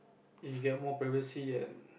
you get more privacy and